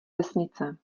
vesnice